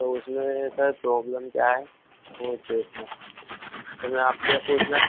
तो उसमें sir problem क्या है वो देखना था सर मैं आपसे पूछना